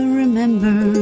remember